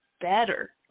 better